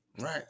Right